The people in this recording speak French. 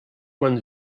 points